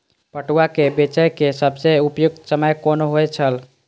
पटुआ केय बेचय केय सबसं उपयुक्त समय कोन होय छल?